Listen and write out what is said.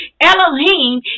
elohim